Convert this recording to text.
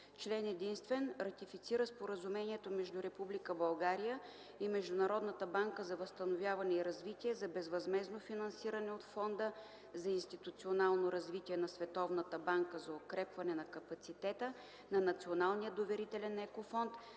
Член единствен. Ратицифира Споразумението между Република България и Международната банка за възстановяване и развитие за безвъзмездно финансиране от Фонда за институционално развитие на Световната банка за укрепване на капацитета на Националния доверителен Еко Фонд